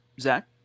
Zach